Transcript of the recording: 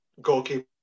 goalkeeper